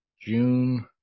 June